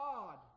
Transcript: God